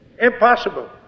Impossible